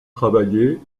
travaillé